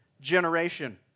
generation